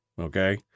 Okay